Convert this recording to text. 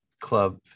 club